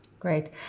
Great